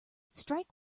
strike